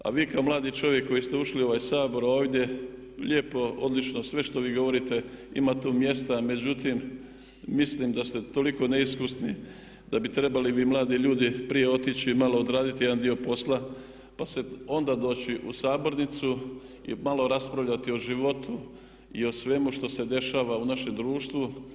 A vi kao mladi čovjek koji ste ušli u ovaj Sabor ovdje, lijepo, odlično sve što vi govorite ima tu mjesta, međutim mislim da ste toliko neiskusni da bi trebali vi mladi ljudi prije otići malo odraditi jedan dio posla pa onda doći u sabornicu i malo raspravljati o životu i o svemu što se dešava u našem društvu.